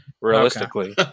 Realistically